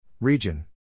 Region